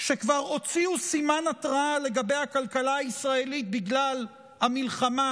אשר כבר הוציאו סימן התרעה לגבי הכלכלה הישראלית בגלל המלחמה,